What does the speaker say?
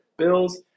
Bills